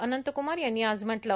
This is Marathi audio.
अनंतकुमार यांनी आज म्हटलं